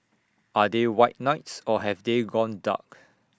are they white knights or have they gone dark